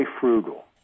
frugal